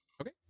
okay